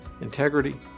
integrity